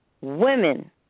women